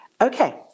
Okay